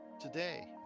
today